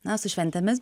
na su šventėmis